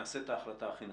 נעשה את ההחלטה הכי נכונה?